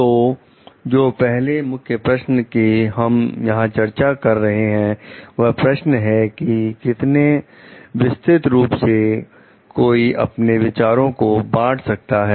तो जो पहले मुख्य प्रश्न कि हम यहां चर्चा कर रहे हैं वह प्रश्न है की कितने विस्तृत रूप से कोई अपने विचारों को बांट सकता है